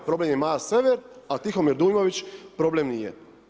Problem je Maja Sever, a Tihomir Dujmović problem nije.